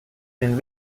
den